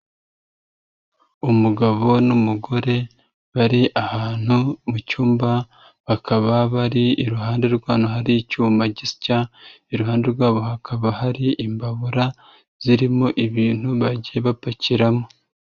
Umugabo n'umugore bari ahantu mu cyumba, bakaba bari iruhande rwabo hari icyuma gisya, iruhande rwabo hakaba hari imbabura zirimo ibintu bagiye bapakiramo.